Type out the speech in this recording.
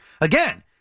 Again